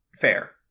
fair